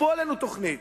ויכפו עלינו תוכנית.